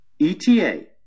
ETA